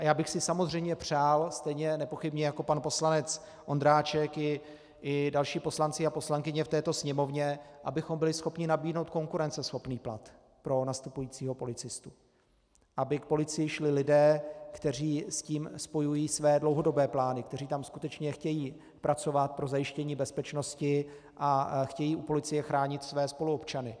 Já bych si samozřejmě přál, stejně nepochybně jako pan poslanec Ondráček i další poslanci a poslankyně v této Sněmovně, abychom byli schopni nabídnout konkurenceschopný plat pro nastupujícího policistu, aby k policii šli lidé, kteří s tím spojují své dlouhodobé plány, kteří tam skutečně chtějí pracovat pro zajištění bezpečnosti a chtějí u policie chránit své spoluobčany.